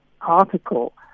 article